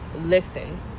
listen